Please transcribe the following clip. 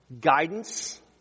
guidance